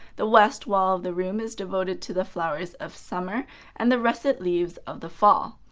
the west wall of the room is devoted to the flowers of summer and the russet leaves of the fall.